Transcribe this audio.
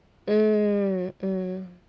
mm mm